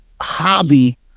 hobby